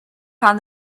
found